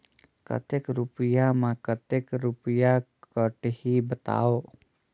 कतेक रुपिया मे कतेक रुपिया कटही बताव?